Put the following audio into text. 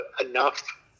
enough